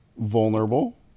vulnerable